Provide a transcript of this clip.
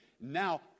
Now